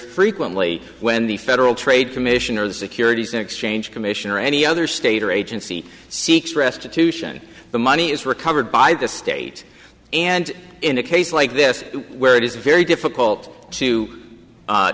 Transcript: frequently when the federal trade commission or the securities and exchange commission or any other state or agency seeks restitution the money is recovered by the state and in a case like this where it is very difficult to